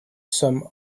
some